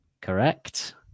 correct